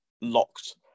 locked